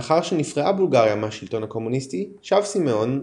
לאחר שנפרעה בולגריה מהשלטון הקומוניסטי שב סימאון,